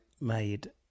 made